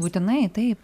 būtinai taip